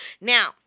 Now